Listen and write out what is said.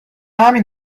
همین